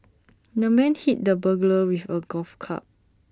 the man hit the burglar with A golf club